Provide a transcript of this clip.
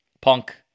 Punk